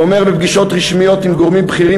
ואומר בפגישות רשמיות עם גורמים בכירים